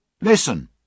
Listen